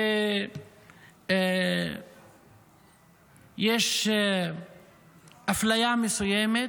שיש אפליה מסוימת,